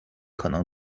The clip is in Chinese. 可能